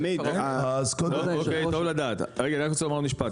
אני רק רוצה לומר עוד משפט,